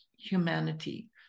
humanity